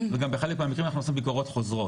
וגם בחלק מהמקרים אנחנו עושים ביקורות חוזרות,